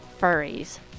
furries